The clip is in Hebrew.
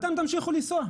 אתם תמשיכו לנסוע.